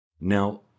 now